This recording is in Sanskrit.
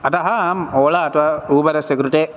अतः अहं ओला अथवा ऊबरस्य कृते